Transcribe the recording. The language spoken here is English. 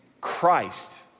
Christ